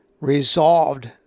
resolved